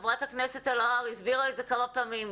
חברת הכנסת אלהרר הסבירה את זה כמה פעמים.